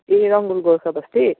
ए Rangbul Gorkhabasti